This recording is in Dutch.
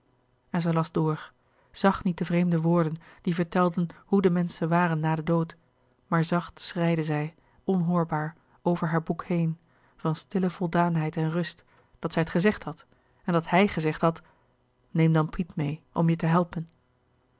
en zij las door zag niet de vreemde woorden die vertelden hoe de menschen waren na den dood maar zacht schreide zij onhoorbaar over haar boek heen van stille voldaanheid en rust dat zij het gezegd had en dat hij gezegd had neem dan piet meê om je te helpen